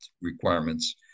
requirements